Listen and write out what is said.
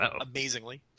Amazingly